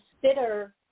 consider